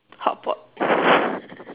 hotpot